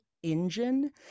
engine